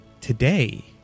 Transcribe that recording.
today